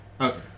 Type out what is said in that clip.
Okay